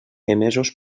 emesos